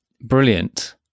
brilliant